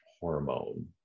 hormone